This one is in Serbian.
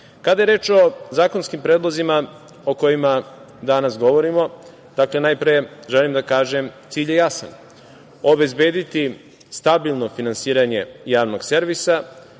je reč o zakonskim predlozima o kojima danas govorimo, najpre želim da kažem da je cilj jasan – obezbediti stabilno finansiranje javnog servisa.